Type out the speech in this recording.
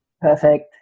Perfect